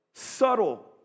Subtle